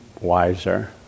wiser